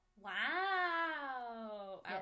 Wow